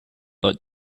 but